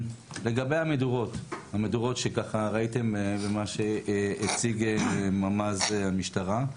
לגבי המדורות שראיתם במצגת של ממ"ז המשטרה,